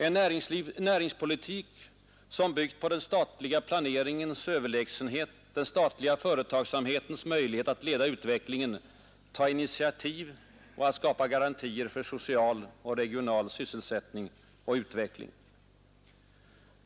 En näringspolitik som byggt på den statliga planeringens överlägsenhet, den statliga företagsamhetens möjlighet att leda utvecklingen, ta initiativ och att skapa garantier för social och regional sysselsättning och utveckling.